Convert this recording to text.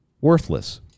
worthless